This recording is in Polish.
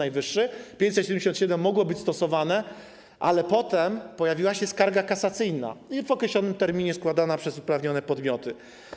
Art. 577 mógł być stosowany, ale potem pojawiła się skarga kasacyjna, w określonym terminie składana przez uprawnione podmioty.